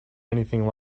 anything